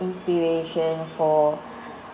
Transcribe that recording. inspiration for